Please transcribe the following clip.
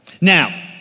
Now